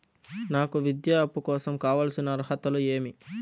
నాకు విద్యా అప్పు కోసం కావాల్సిన అర్హతలు ఏమి?